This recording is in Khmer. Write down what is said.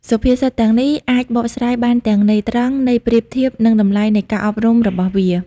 សុភាសិតទាំងនេះអាចបកស្រាយបានទាំងន័យត្រង់ ន័យប្រៀបធៀប និងតម្លៃនៃការអប់រំរបស់វា។